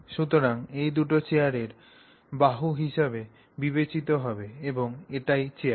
সুতরাং এই দুটি চেয়ারের বাহু হিসাবে বিবেচিত হবে এবং এটিই চেয়ার